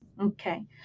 Okay